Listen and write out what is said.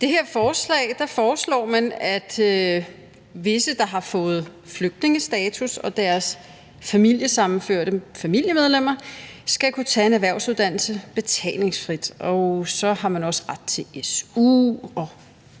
det her forslag foreslår man, at visse, der har fået flygtningestatus, og deres familiesammenførte familiemedlemmer skal kunne tage en erhvervsuddannelse betalingsfrit. Og så har man også ret til su, og